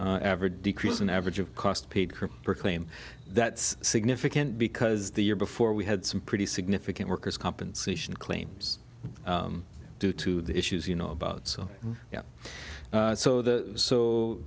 average decrease an average of cost paid for claim that's significant because the year before we had some pretty significant workers compensation claims due to the issues you know about so yeah so the